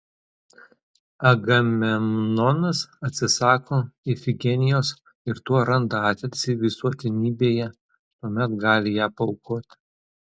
agamemnonas atsisako ifigenijos ir tuo randa atilsį visuotinybėje tuomet gali ją paaukoti